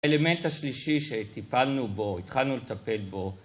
האלמנט השלישי שהטיפלנו בו, התחלנו לטפל בו